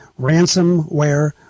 ransomware